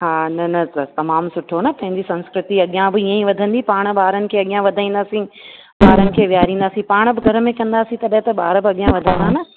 हा न न त तमामु सुठो न पंहिंजी संस्कृति अॻियां बि ईअं ई वधंदी पाण ॿारनि खे अॻियां वधाईंदासीं ॿारनि खे वेहारींदासीं पाण में घर में चवंदासीं त ॿार बि अॻियां वधंदा न